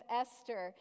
esther